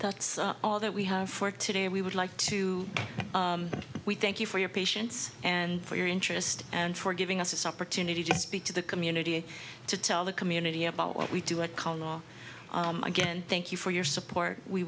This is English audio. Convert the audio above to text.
that's all that we have for today and we would like to we thank you for your patience and for your interest and for giving us opportunity to speak to the community to tell the community about what we do account again thank you for your support we